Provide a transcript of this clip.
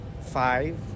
Five